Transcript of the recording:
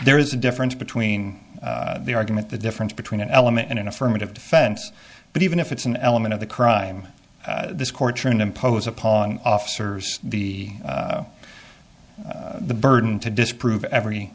there is a difference between the argument the difference between an element and an affirmative defense but even if it's an element of the crime this courtroom impose upon officers the the burden to disprove every